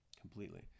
completely